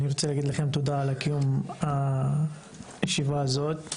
אני רוצה להגיד לכם תודה על קיום הישיבה הזאת.